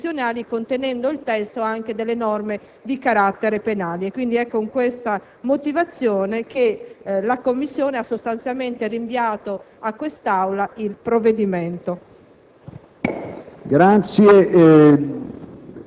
per le sue implicazioni giuridiche e costituzionali, contenendo il testo anche norme di carattere penale. È con tale motivazione che la Commissione ha sostanzialmente rinviato all'Aula il provvedimento.